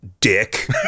dick